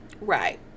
right